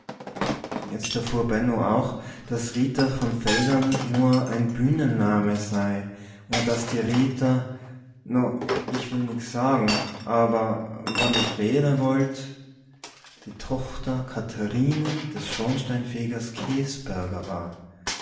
jetzt erfuhr benno auch daß rita von veldern nur ein bühnenname sei und daß die rita no ich will nix sage awwer wann ich redde wollt die tochter katharine des schornsteinfegers käsberger war